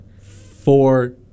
Four